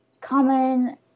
common